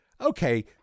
okay